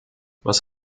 was